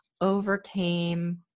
overcame